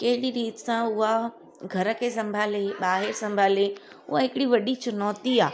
कहिड़ी रीति सां उहा घर खे संभाले ॿाहिरि संभाले उहा हिकिड़ी वॾी चुनौती आहे